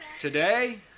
Today